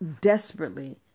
desperately